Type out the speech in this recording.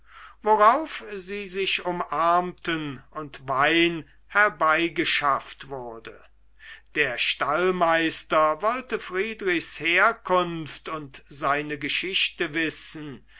worauf sie sich umarmten und wein herbeigeschafft wurde der stallmeister wollte friedrichs herkunft und seine geschichte wissen